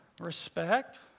Respect